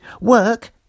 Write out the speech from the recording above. Work